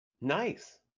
nice